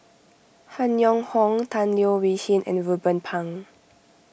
Han Yong Hong Tan Leo Wee Hin and Ruben Pang